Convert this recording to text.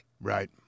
Right